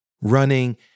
Running